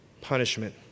punishment